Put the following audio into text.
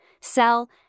sell